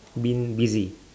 been busy